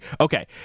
Okay